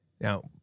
Now